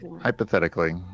hypothetically